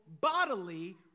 bodily